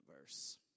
verse